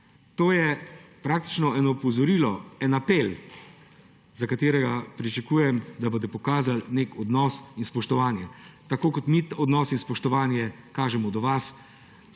to je praktično eno opozorilo, en apel, za katerega pričakujem, da boste pokazali nek odnos in spoštovanje. Tako kot mi odnos in spoštovanje kažemo do vas,